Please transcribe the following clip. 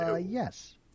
Yes